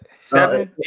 Seven